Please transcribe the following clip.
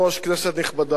כנסת נכבדה,